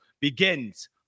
begins